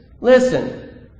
Listen